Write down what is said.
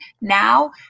now